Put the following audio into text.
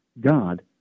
God